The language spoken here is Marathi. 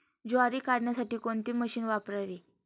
ज्वारी काढण्यासाठी कोणते मशीन वापरावे?